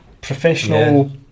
professional